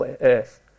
earth